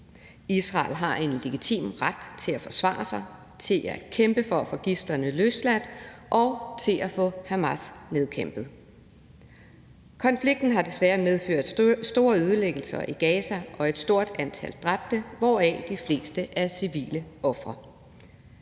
Israel har en legitim ret til at forsvare sig, til at kæmpe for at få gidslerne løsladt og til at få Hamas nedkæmpet. Konflikten har desværre medført store ødelæggelser i Gaza og et stort antal dræbte, hvoraf de fleste er civile ofre.